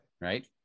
right